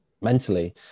mentally